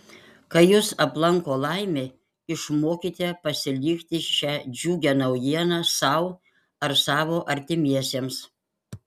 kai jus aplanko laimė išmokite pasilikti šią džiugią naujieną sau ar savo artimiesiems